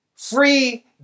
Free